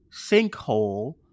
Sinkhole